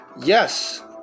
Yes